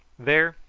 there,